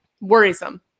worrisome